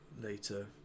later